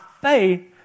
faith